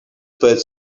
pēc